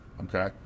okay